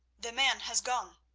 the man has gone!